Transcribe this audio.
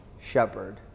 shepherd